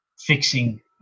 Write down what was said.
fixing